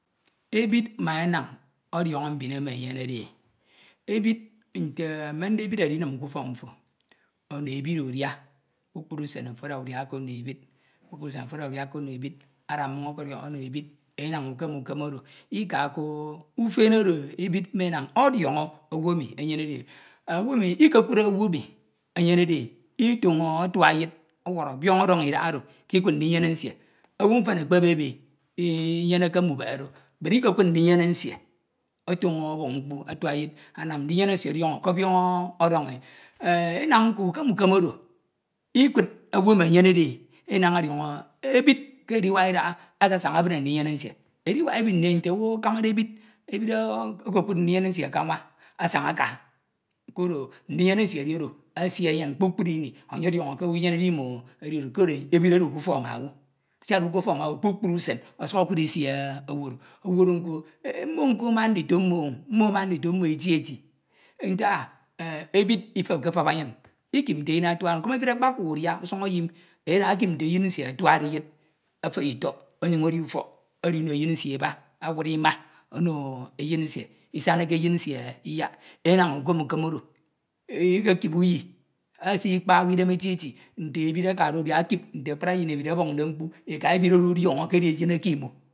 . Ebid maenan ọdiọn̄ọ mbin emi enyenede e emende ebid edinin ke ugbok mfo ono ebid udia kpukpru usen ada udia okono ebi kpukpru usen ada udia okọno ebid ada ̣mmon̄ okoro ebid, enan ukem ukem oro ika ko o ufene oro, ebid me enan ọdiọn̄ọ owu emi enyenede e, iditon̄o atua eyed ọwọrọde oion̄ ọdon̄e idahado ke ikied ndinyene nsie owu mfan ekpe beibei nyeneke mbubche do, edi ikekied ndinyere nsie oton̄o ọbọn̄ mkpu atun eyed mbak ndinyene nsie ọdiọn̄ọ ke oiọn̄ ọdọn̄e. Enam nko ukem ukem oro ikud owu emi enyenede, e, enam ọdiọn̄ọ ndinyene nsie ke adinak idaha asasin̄a ebine. e. Adiwak ini ite owu akemade ebid, ebid ekekud ndinyene nsie ke anwa ason̄a aka koro ndinyene nsie edi oro esie enym kpukpru ini, enye ọdiọn̄o ke owu enyenede imo edi oro koro ebid edu ke ufõk ma owu, biak edude ke ufọk ma owu kprukpru osuk ekud isi owu oro. mmo ama ndito mmo eti eti ntak ah ebid ikepke fep anyin, ikip nte eyin atisade nkom ebid akpaka udia usun eyim eda ekip nte eyin nsie atuade eyen efehe itọk ọnyen̄ edi ufọk edino eyin nsie eba, awud ima ono eyin nsie, isan̄ake eyin nsie iyak, enan ukan ukem oro, ikekip uyi esikpa owu idem eti eti nte ebid akade ekip nte akpri eyin ebid ọbọn̄de mkpu eka ebid ori ọdiọn̄ọ ndinyene ikekip.